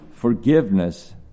Forgiveness